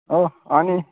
हो अनि